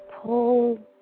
Pull